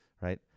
Right